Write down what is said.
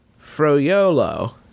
Froyolo